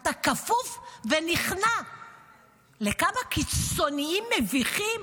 אתה כפוף ונכנע לכמה קיצוניים מביכים?